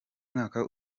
mwaka